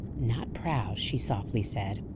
not proud, she softly said.